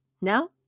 Now